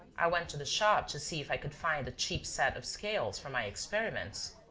i went to the shop to see if i could find a cheap set of scales for my experiments.